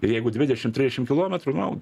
ir jeigu dvidešim triešim kilometrų no